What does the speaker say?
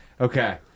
Okay